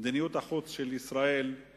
מדיניות החוץ של ישראל הוא